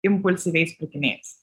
impulsyviais pirkiniais